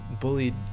bullied